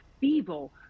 feeble